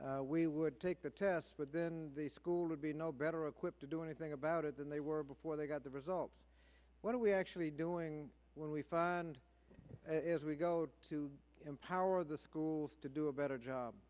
pig we would take the test but then the school would be no better equipped to do anything about it than they were before they got the results what do we actually doing when we find as we go to empower the schools to do a better job